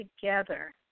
together